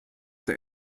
der